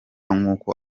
nk’uko